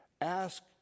ask